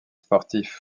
sportif